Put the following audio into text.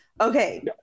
Okay